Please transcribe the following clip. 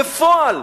בפועל,